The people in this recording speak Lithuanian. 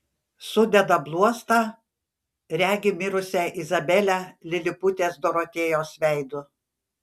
sudeda bluostą regi mirusią izabelę liliputės dorotėjos veidu